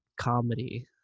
comedy